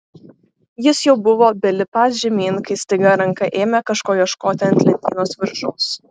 jis jau buvo belipąs žemyn kai staiga ranka ėmė kažko ieškoti ant lentynos viršaus